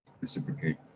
reciprocate